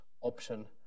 option